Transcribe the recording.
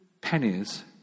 pennies